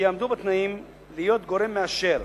שיעמדו בתנאים, להיות גורם מאשר,